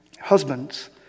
Husbands